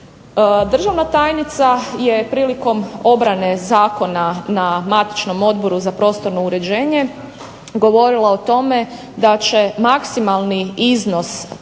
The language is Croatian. Državna tajnica je prilikom obrane zakona na matičnom Odboru za prostorno uređenje govorila o tome da će maksimalni iznos te